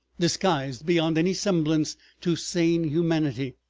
disguised beyond any semblance to sane humanity,